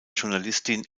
journalistin